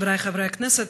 חבריי חברי הכנסת,